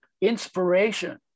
inspiration